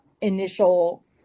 initial